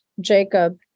Jacob